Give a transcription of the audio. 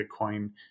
Bitcoin